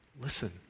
Listen